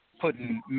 putting